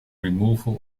removal